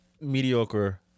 mediocre